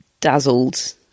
dazzled